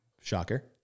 shocker